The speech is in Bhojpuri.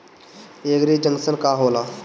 एगरी जंकशन का होला?